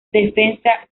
defensa